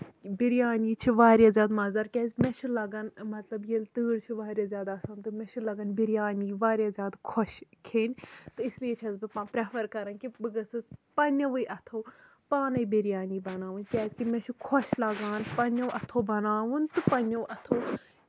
بِریانی چھِ واریاہ زیادٕ مَزٕدار کیازِ کہِ مےٚ چھُ لَگان مطلب ییٚلہِ تۭر چھِ واریاہ زیادٕ آسان تہٕ مےٚ چھُ لَگان بِریانی واریاہ زیادٕ خۄش کھیٚنۍ تہٕ اسی لیے چھَس بہٕ پریفر کران کہِ بہٕ گٔژھس پَنٕنیوٕے اَتھو پانٕے بِریانی بَناوٕنۍ کیازِ کہِ مےٚ چھُ خۄش لَگان پَنٕنیو اَتھو بَناوُن تہٕ پَنٕنیو اَتھو